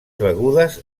begudes